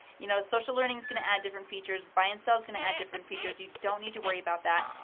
you know, social learning is going to add different features. buy and sell is going to add different features. you don't need to worry about that.